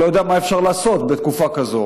אני לא יודע מה אפשר לעשות בתקופה כזאת.